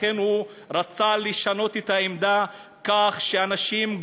לכן הוא רצה לשנות את העמדה כך שאנשים,